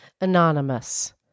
Anonymous